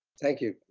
thank you.